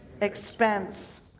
expense